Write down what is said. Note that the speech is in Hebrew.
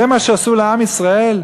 זה מה שעשו לעם ישראל?